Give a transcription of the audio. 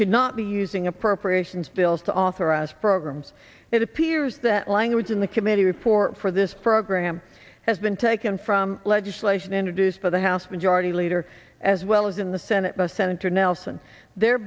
should not be using appropriations bills to authorize programs it appears that language in the committee report for this program has been taken from legislation introduced by the house majority leader as well as in the senate by senator nelson their